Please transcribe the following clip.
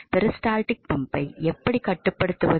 peristaltic பம்பை எப்படி கட்டுப்படுத்துவது